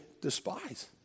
despise